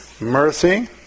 mercy